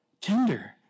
tender